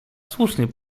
słusznie